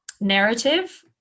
narrative